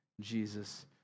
Jesus